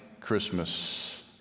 Christmas